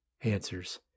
answers